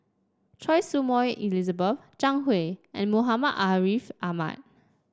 Choy Su Moi Elizabeth Zhang Hui and Muhammad Ariff Ahmad